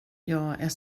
jag